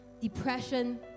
depression